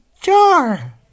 jar